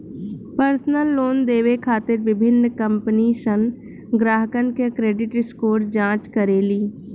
personal loan देवे खातिर विभिन्न कंपनीसन ग्राहकन के क्रेडिट स्कोर जांच करेली